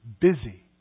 busy